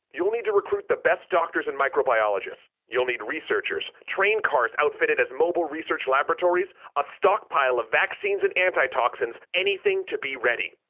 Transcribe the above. you'll need to recruit the best doctors and microbiologists. you'll need researchers, train cars outfitted as mobile research laboratories, a stockpile of vaccines and antitoxins, anything to be ready.